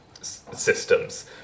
systems